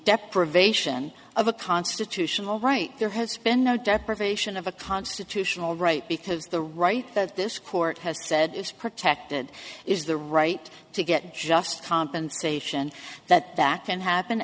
deprivation of a constitutional right there has been no deprivation of a constitutional right because the right that this court has said is protected is the right to get just compensation that that can happen